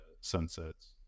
sunsets